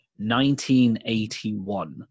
1981